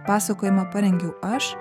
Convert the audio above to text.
pasakojama parengiau aš